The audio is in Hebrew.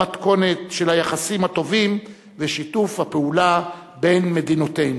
למתכונת של היחסים הטובים ושיתוף הפעולה בין מדינותינו.